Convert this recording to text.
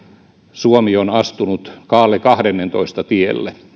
suomi on astunut kaarle xiin tielle